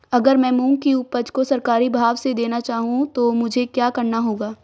अगर मैं मूंग की उपज को सरकारी भाव से देना चाहूँ तो मुझे क्या करना होगा?